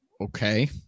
okay